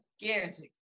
gigantic